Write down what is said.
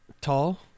tall